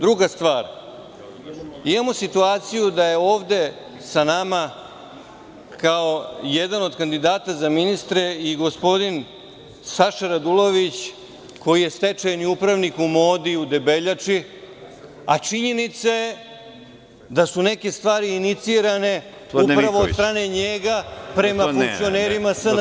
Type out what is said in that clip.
Druga stvar, imamo situaciju da je ovde sa nama kao jedan od kandidata za ministra i gospodin Saša Radulović, koji je stečajni upravnik u „Modi“ u Debeljači, a činjenica je da su neke stvari inicirane upravo od strane njega prema funkcionerima SNS…